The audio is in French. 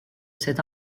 cette